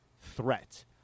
threat